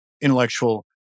intellectual